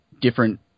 different